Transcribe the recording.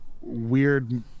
weird